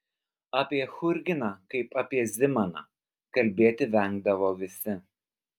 apie churginą kaip apie zimaną kalbėti vengdavo visi